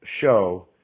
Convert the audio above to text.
Show